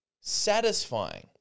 satisfying